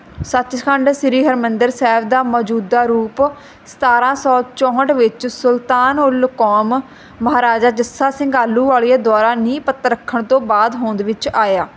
ਸੱਚਖੰਡ ਸ੍ਰੀ ਹਰਿਮੰਦਰ ਸਾਹਿਬ ਦਾ ਮੌਜੂਦਾ ਰੂਪ ਚੋਹਟ ਵਿੱਚ ਸੁਲਤਾਨ ਉਲ ਕੌਮ ਮਹਾਰਾਜਾ ਜੱਸਾ ਸਿੰਘ ਆਹਲੂਵਾਲੀਆ ਦੁਆਰਾ ਨੀਂਹ ਪੱਥਰ ਰੱਖਣ ਤੋਂ ਬਾਅਦ ਹੋਂਦ ਵਿੱਚ ਆਇਆ